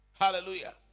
Hallelujah